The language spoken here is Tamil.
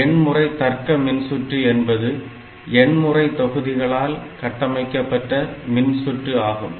எண்முறை தர்க்க மின்சுற்று என்பது எண்முறை தொகுதிகளால் கட்டமைக்கபட்ட மின்சுற்று ஆகும்